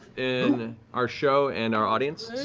in our show and our audience,